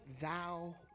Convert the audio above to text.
thou